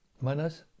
manas